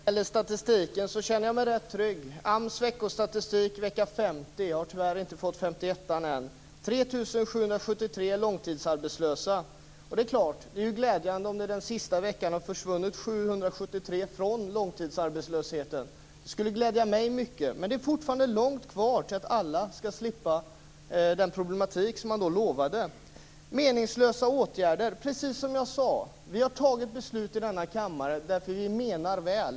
Fru talman! När det gäller statistiken känner jag mig rätt trygg. AMS veckostatistik för vecka 50 - jag har tyvärr inte fått den för vecka 51 ännu - visar att 3 773 ungdomar är långtidsarbetslösa. Det är ju glädjande om det den sista veckan har försvunnit 773 från långtidsarbetslösheten. Det skulle glädja mig mycket. Men det är fortfarande långt kvar till att alla skall slippa de här problemen, som man lovade. Sedan var det detta med meningslösa åtgärder. Vi har fattat beslut här i kammaren därför att vi menar väl.